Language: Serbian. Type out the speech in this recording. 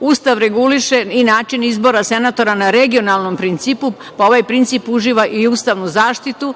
Ustav reguliše i način izbora senatora na regionalnom principu, pa ovaj princip uživa i ustavnu zaštitu,